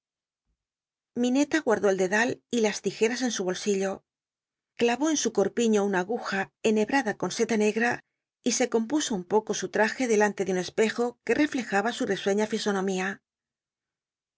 ilió liincla guardó el dedal y las tijeras en su bolsillo clayó en su corpiño una aguja enhebrada con seda negra y se compuso un poco su traje delan te de un espejo c uc reqejaba su risuciía fisonomía